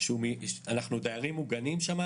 אם לא הייתי עושה את הדברים האלה?